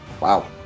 Wow